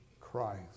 Christ